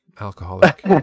Alcoholic